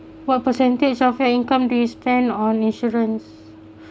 what percentage of your income do you spend on insurance